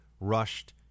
rushed